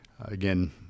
Again